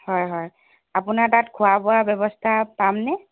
হয় হয় আপোনাৰ তাত খোৱা বোৱা ব্যৱস্থা পামনে